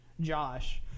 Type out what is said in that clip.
Josh